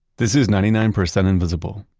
this is ninety nine percent invisible.